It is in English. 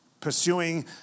pursuing